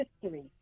history